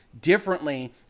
differently